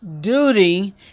duty